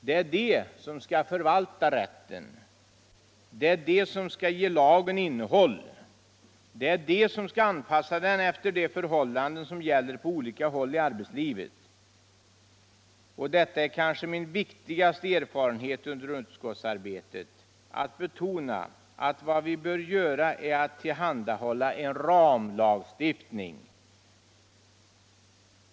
Det är de som skall förvalta rätten. Det är de som skall ge lagen innehåll. Det är de som skall anpassa den efter de förhållanden som gäller på olika håll i arbetslivet. Och detta är kanske min viktigaste erfarenhet under utskottsarbetet, att vad vi bör göra är att tillhandahålla en ramlagstiftning.